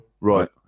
Right